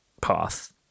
path